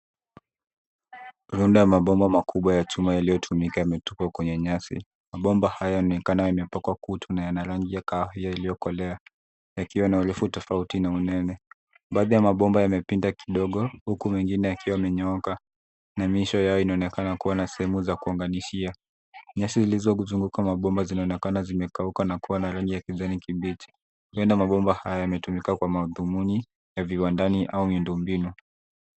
Rundo ya mabomba makubwa ya chuma yaliyotumika yametupwa kwenye nyasi. Mabomba haya yanaonekana yamepakwa kutu na yana rangi ya kahawia iliyokolea yakiwa na urefu tofauti na unene. Baadhi ya mabomba yamepinda kidogo huku mengine yakiwa yamenyooka na mwisho yao ina sehemu ya kuunganishia. Nyasi zilizozunguka mabomba zinaonekana zimekauka na kuwa na rangi ya kijani kibichi. Ndani ya mabomba haya yametumika kwa madhumuni ya viwandani au miundo mbinu.